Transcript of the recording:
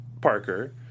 Parker